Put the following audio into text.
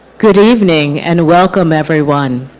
good evening, and welcome everyone.